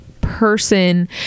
person